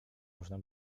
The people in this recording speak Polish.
można